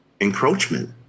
encroachment